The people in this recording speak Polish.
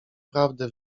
prawdę